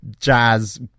jazz